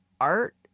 art